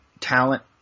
talent